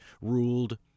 ruled